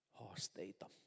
haasteita